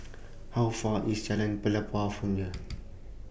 How Far IS Jalan Pelepah from here